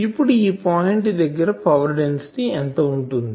ఇప్పుడు ఈ పాయింట్ దగ్గర పవర్ డెన్సిటీ ఎంత వుంటుంది